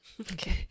Okay